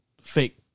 fake